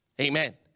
Amen